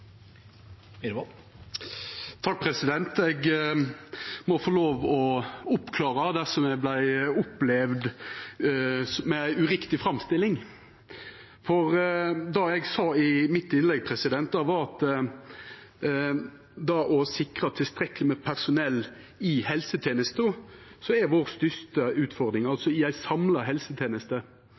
Eg må få lov til å oppklara dersom eg vart opplevd med ei urett framstilling. Det eg sa i mitt innlegg, var at det å sikra tilstrekkeleg med personell i helsetenesta er vår største utfordring, altså i ei samla helseteneste.